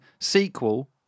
sequel